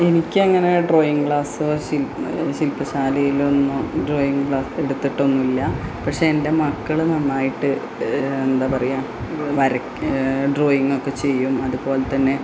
എനിക്കങ്ങനെ drawing class ശിൽ ശില്പശാലയിലൊന്നും ഡ്രോയിങ്ങ് ക്ലാസ് എടുത്തിട്ടൊന്നുമില്ല പക്ഷേ എൻ്റെ മക്കൾ നന്നായിട്ട് എന്താ പറയുക വരക്കും ഡ്രോയിങ്ങൊക്കെ ചെയ്യും അതുപോലെ തന്നെ